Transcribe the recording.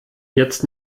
jetzt